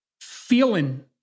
feeling